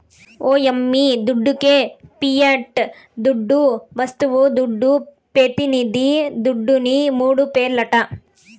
ఓ యమ్మీ దుడ్డికే పియట్ దుడ్డు, వస్తువుల దుడ్డు, పెతినిది దుడ్డుని మూడు పేర్లట